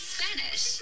Spanish